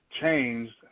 changed